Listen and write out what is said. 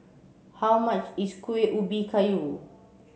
how much is Kuih Ubi Kayu